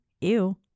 ew